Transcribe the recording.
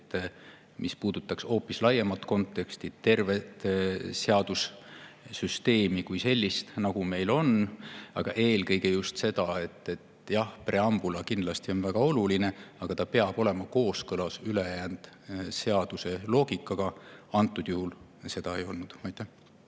mis puudutavad hoopis laiemat konteksti, tervet seadussüsteemi kui sellist. Aga eelkõige [toodi välja] just seda, et jah, preambula kindlasti on väga oluline, aga ta peab olema kooskõlas ülejäänud seaduse loogikaga. Antud juhul ta seda ei ole.